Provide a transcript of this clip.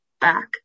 back